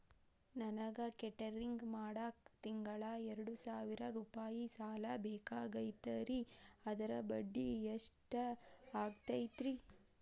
ನನಗ ಕೇಟರಿಂಗ್ ಮಾಡಾಕ್ ತಿಂಗಳಾ ಎರಡು ಸಾವಿರ ರೂಪಾಯಿ ಸಾಲ ಬೇಕಾಗೈತರಿ ಅದರ ಬಡ್ಡಿ ಎಷ್ಟ ಆಗತೈತ್ರಿ?